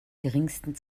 geringsten